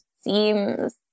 seems